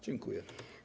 Dziękuję.